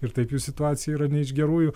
ir taip jų situacija yra ne iš gerųjų